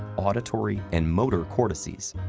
auditory, and motor cortices.